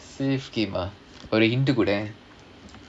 safe game ah ஒரு:oru hint கொடேன்:kodaen